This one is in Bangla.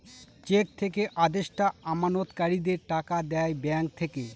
চেক থেকে আদেষ্টা আমানতকারীদের টাকা দেয় ব্যাঙ্ক থেকে